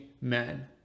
men